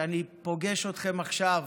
ואני פוגש אתכם עכשיו: